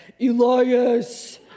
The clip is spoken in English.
Elias